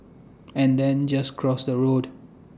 and then just cross the road